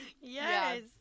Yes